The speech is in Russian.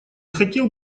хотел